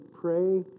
pray